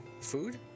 food